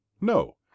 No